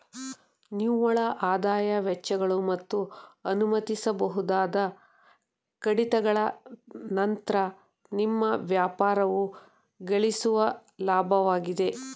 ನಿವ್ವಳಆದಾಯ ವೆಚ್ಚಗಳು ಮತ್ತು ಅನುಮತಿಸಬಹುದಾದ ಕಡಿತಗಳ ನಂತ್ರ ನಿಮ್ಮ ವ್ಯಾಪಾರವು ಗಳಿಸುವ ಲಾಭವಾಗಿದೆ